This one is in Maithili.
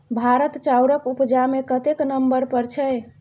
भारत चाउरक उपजा मे कतेक नंबर पर छै?